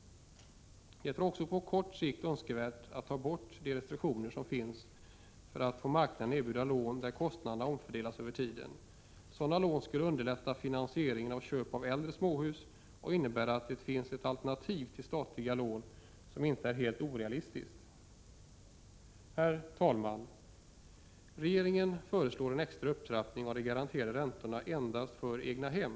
Det vore också på kort sikt önskvärt att slopa de restriktioner som finns för att på marknaden erbjuda lån där kostnaderna omfördelas över tiden. Därmed skulle man underlätta finansieringen av köp av äldre småhus, och — Prot. 1986/87:123 det skulle komma att finnas ett alternativ till statliga lån, som inte är helt — 14 maj 1987 orealistiskt. 20 Herr talman! Regeringen föreslår en extra upptrappning av de garanterade Bostadspolitiken räntorna endast för egnahem.